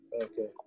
Okay